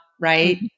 right